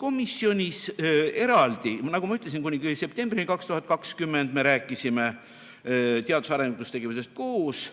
Komisjonis eraldi, nagu ma ütlesin, kuni septembrini 2020 me rääkisime teadus- ja arendustegevusest koos.